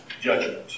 judgment